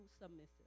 submissive